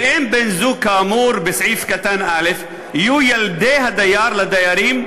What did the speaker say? באין בן-זוג כאמור בסעיף קטן (א) יהיו ילדי הדייר לדיירים,